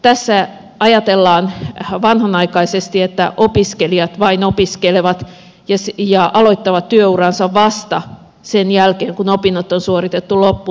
tässä ajatellaan vanhanaikaisesti että opiskelijat vain opiskelevat ja aloittavat työuransa vasta sen jälkeen kun opinnot on suoritettu loppuun